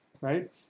right